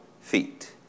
feet